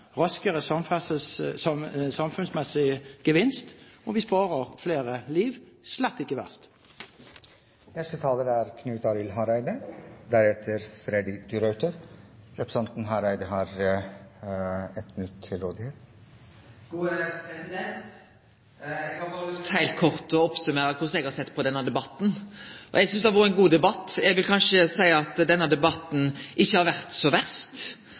raskere samfunnsmessig gevinst, og vi sparer flere liv. Slett ikke verst. Representanten Knut Arild Hareide har hatt ordet to ganger tidligere og får ordet til en kort merknad, begrenset til 1 minutt. Eg har berre lyst til heilt kort å oppsummere korleis eg har sett på denne debatten. Eg synest det har vore ein god debatt. Eg vil kanskje seie at denne debatten ikkje har vore så verst,